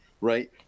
Right